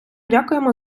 дякуємо